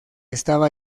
estaba